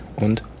and